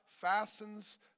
fastens